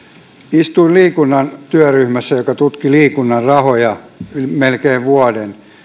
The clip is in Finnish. istuin liikunnan työryhmässä joka tutki liikunnan rahoja melkein vuoden